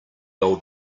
old